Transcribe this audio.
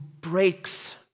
breaks